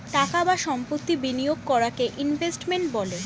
টাকা বা সম্পত্তি বিনিয়োগ করাকে ইনভেস্টমেন্ট বলে